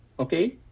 Okay